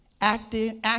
acting